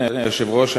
אדוני היושב-ראש,